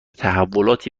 تحولاتی